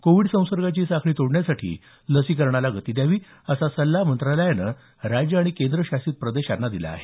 Covid संसर्गाची साखळी तोडण्यासाठी लसीकरणाला गती द्यावी असा सल्ला मंत्रालयानं राज्य आणि केंद्रशासित प्रदेशांना दिला आहे